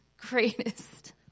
greatest